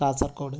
Kasaragod